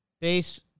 base